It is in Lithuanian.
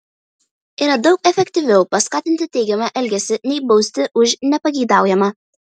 yra daug efektyviau paskatinti teigiamą elgesį nei bausti už nepageidaujamą